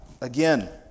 again